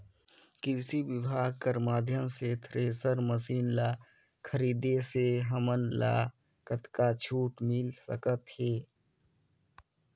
कृषि विभाग कर माध्यम से थरेसर मशीन ला खरीदे से हमन ला कतका छूट मिल सकत हे?